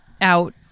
out